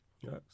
Yes